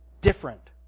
Different